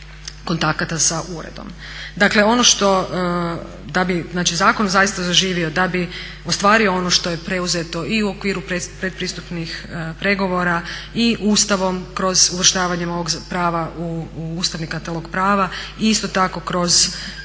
kontakata sa uredom. Dakle ono što da bi zakon zaista zaživio, da bi ostvario ono što je preuzeto i u okviru pretpristupnih pregovora i Ustavom kroz uvrštavanjem ovog prava u ustavni katalog prava i isto tako kroz